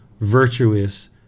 virtuous